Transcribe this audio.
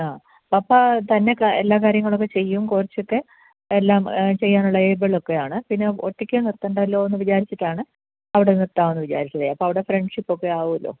ആ പപ്പ തന്നെ കാ എല്ലാ കാര്യങ്ങളൊക്കെ ചെയ്യും കുറച്ചൊക്കെ എല്ലാം ചെയ്യാനുള്ള ഏബിളൊക്കെയാണ് പിന്നെ ഒറ്റയ്ക്ക് നിർത്തണ്ടല്ലോന്ന് വിചാരിച്ചിട്ടാണ് അവിടെ നിർത്താം എന്ന് വിചാരിച്ചത് അപ്പോൾ അവിടെ ഫ്രണ്ട്ഷിപ്പൊക്കെ ആവൂലോ